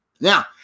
Now